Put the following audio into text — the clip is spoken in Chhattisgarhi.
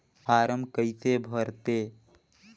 फारम कइसे भरते?